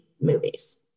movies